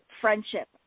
friendship